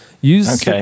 Use